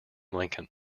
lincoln